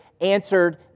answered